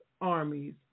armies